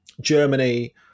Germany